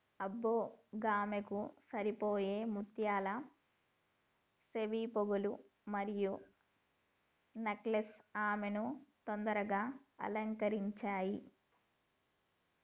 అబ్బ గామెకు సరిపోయే ముత్యాల సెవిపోగులు మరియు నెక్లెస్ ఆమెను అందంగా అలంకరించాయి